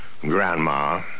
grandma